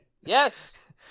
yes